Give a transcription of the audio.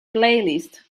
playlist